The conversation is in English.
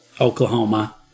Oklahoma